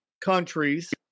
countries